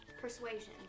Persuasion